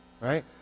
right